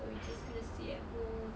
so we just gonna sit at home